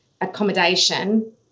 accommodation